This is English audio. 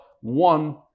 One